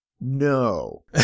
No